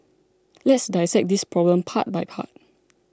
let's dissect this problem part by part